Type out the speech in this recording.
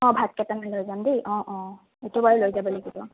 অঁ ভাত কেইটামান লৈ যাম দেই অঁ অঁ এইটো বাৰু লৈ যাব লাগিব